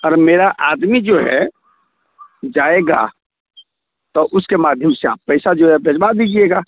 और मेरा आदमी जो है जाएगा तो उसके माध्यम से आप पैसा जो है भिजवा दीजिएगा